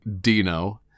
Dino